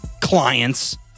clients